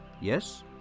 yes